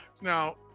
Now